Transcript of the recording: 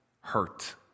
hurt